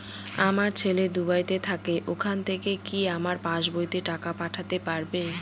আমার ছেলে দুবাইতে থাকে ওখান থেকে কি আমার পাসবইতে টাকা পাঠাতে পারবে?